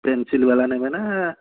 pencil ବାଲା ନେବେ ନା